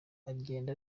agenda